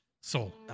Soul